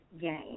game